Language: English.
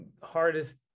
Hardest